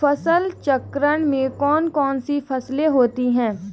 फसल चक्रण में कौन कौन सी फसलें होती हैं?